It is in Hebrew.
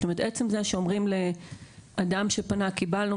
זאת אומרת עצם זה שאומרים לאדם שפנה 'קיבלנו,